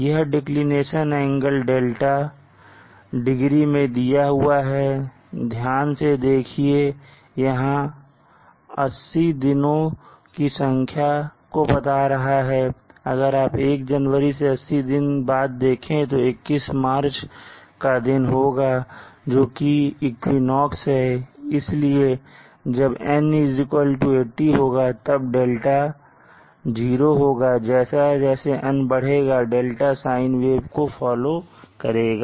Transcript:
यह declination angle δ degree में दिया हुआ है ध्यान से देखिए यहां 80 दिनों की संख्या को बता रहा है अगर आप 1 जनवरी से 80 दिन बाद देखें तो 21मार्च का दिन होगा जोकि इक्विनोक्स है इसलिए जब N80 होगा तब δ 0 होगा जैसे जैसे N बढ़ेगा δ साइन वेव को फॉलो करेगा